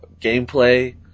gameplay